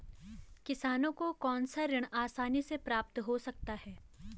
किसानों को कौनसा ऋण आसानी से प्राप्त हो सकता है?